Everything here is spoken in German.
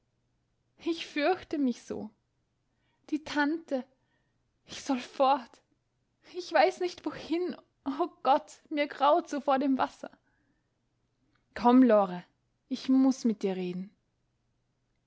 ich fürchte mich so die tante ich soll fort ich weiß nicht wohin o gott mir graut so vor dem wasser komm lore ich muß mit dir reden